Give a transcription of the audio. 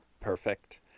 perfect